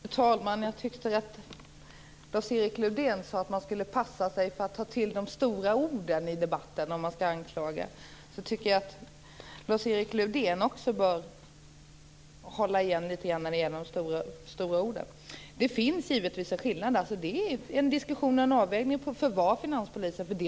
Fru talman! Jag tyckte att Lars-Erik Lövdén sade att man skulle passa sig för att ta till de stora orden i debatten när man anklagar. Jag tycker att Lars-Erik Lövdén också bör hålla igen litet grand när det gäller de stora orden. Det finns givetvis en skillnad. Det är en diskussion och en avvägning av vad finanspolisen får.